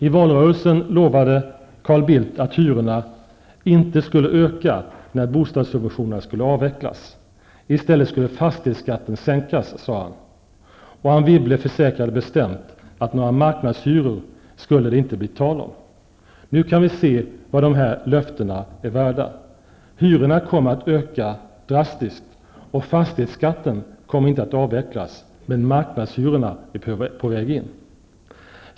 I valrörelsen lovade Carl Bildt att hyrorna inte skulle öka när bostadssubventionerna skulle avvecklas. I stället skulle fastighetsskatten sänkas, sade han. Anne Wibble försäkrade bestämt att några marknadshyror inte skulle bli tal om. Nu kan vi se vad dessa löften var värda. Hyrorna kommer att öka drastiskt, och fastighetsskatten kommer inte att avvecklas, men marknadshyrorna är på väg in.